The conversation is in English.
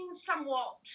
Somewhat